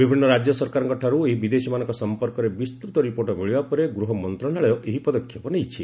ବିଭିନ୍ନ ରାଜ୍ୟ ସରକାରଙ୍କଠାରୁ ଏହି ବିଦେଶୀମାନଙ୍କ ସଂପର୍କରେ ବିସ୍ତୂତ ରିପୋର୍ଟ ମିଳିବା ପରେ ଗୃହ ମନ୍ତ୍ରଣାଳୟ ଏହି ପଦକ୍ଷେପ ନେଇଛି